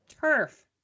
Turf